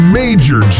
major